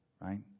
right